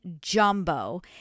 jumbo